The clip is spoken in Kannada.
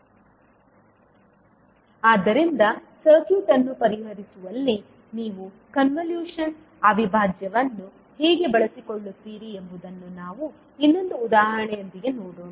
ಸ್ಲೈಡ್ ಸಮಯವನ್ನು ಉಲ್ಲೇಖಿಸಿ 1105 ಆದ್ದರಿಂದ ಸರ್ಕ್ಯೂಟ್ ಅನ್ನು ಪರಿಹರಿಸುವಲ್ಲಿ ನೀವು ಕನ್ವಲ್ಯೂಷನ್ ಅವಿಭಾಜ್ಯವನ್ನು ಹೇಗೆ ಬಳಸಿಕೊಳ್ಳುತ್ತೀರಿ ಎಂಬುದನ್ನು ನಾವು ಇನ್ನೊಂದು ಉದಾಹರಣೆಯೊಂದಿಗೆ ನೋಡೋಣ